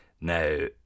Now